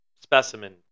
specimen